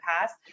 past